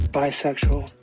bisexual